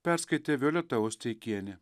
perskaitė violeta osteikienė